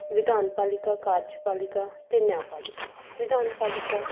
ਵਿਧਾਨ ਪਾਲਿਕਾ ਕਾਰਜ ਪਾਲਿਕਾ ਅਤੇ ਨਿਆਂ ਪਾਲਿਕਾ ਵਿਧਾਨ ਪਾਲਿਕਾ